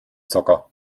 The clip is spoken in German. zocker